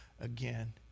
again